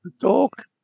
talk